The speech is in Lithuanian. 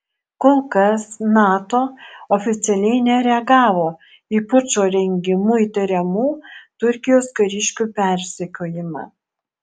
kol kas nato oficialiai nereagavo į pučo rengimu įtariamų turkijos kariškių persekiojimą